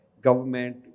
government